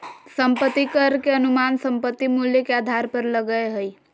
संपत्ति कर के अनुमान संपत्ति मूल्य के आधार पर लगय हइ